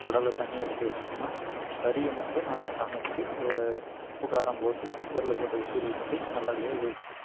குடல தனியாக எடுத்து வச்சிக்கணும் கறியை மட்டும் நல்லா சமைச்சி என் உப்பு காரம் போட்டு குக்கரில் போட்டு விசில் விட்டு நல்லா வேக விட்டு